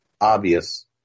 obvious